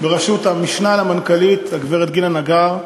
בראשות המשנה למנכ"לית, הגברת גילה נגר,